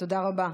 תודה רבה.